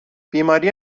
بیماری